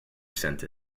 sent